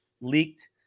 leaked